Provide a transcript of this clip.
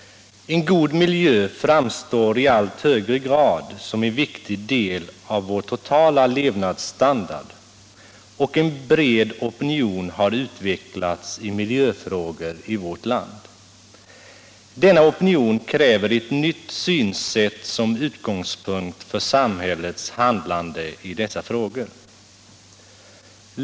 En god miljö framstår i allt högre grad som en viktig del av vår totala levnadsstandard, och en bred opinion i miljöfrågor har utvecklats i vårt land. Denna opinion kräver ett nytt synsätt som utgångspunkt för samhällets handlande i dessa frågor.